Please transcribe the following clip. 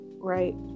right